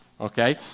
okay